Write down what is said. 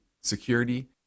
security